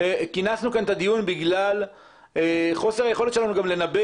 כינסנו כאן את הדיון בגלל חוסר היכולת שלנו לנבא